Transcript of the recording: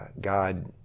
God